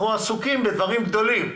אנחנו עסוקים בדברים גדולים.